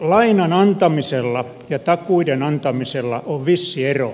lainan antamisella ja takuiden antamisella on vissi ero